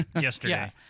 yesterday